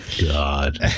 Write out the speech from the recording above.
God